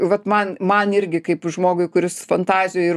vat man man irgi kaip žmogui kuris fantazijų ir